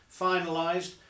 finalised